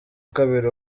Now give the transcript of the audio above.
kabiri